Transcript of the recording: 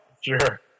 sure